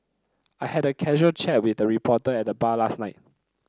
I had a casual chat with a reporter at the bar last night